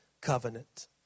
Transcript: covenant